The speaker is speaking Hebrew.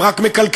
הם רק מקלקלים.